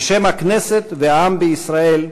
בשם הכנסת והעם בישראל: